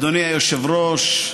אדוני היושב-ראש,